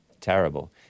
Terrible